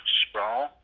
sprawl